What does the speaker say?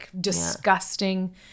disgusting